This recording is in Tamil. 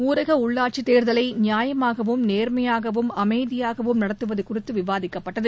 ஊரக உள்ளாட்சித் தேர்தலை நியாயமாகவும் நேர்மையாகவும் அமைதியாகவும் நடத்துவது குறித்து விவாதிக்கப்பட்டது